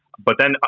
but then,